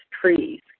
trees